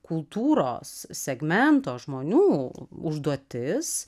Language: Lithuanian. kultūros segmento žmonių užduotis